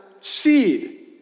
seed